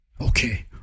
Okay